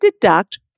deduct